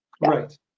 Right